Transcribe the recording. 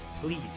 please